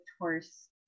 horse